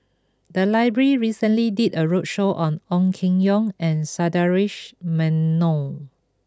the library recently did a roadshow on Ong Keng Yong and Sundaresh Menon